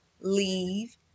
leave